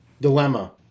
dilemma